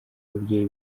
ababyeyi